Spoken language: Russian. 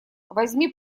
возьми